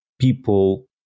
people